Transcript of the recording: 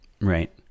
Right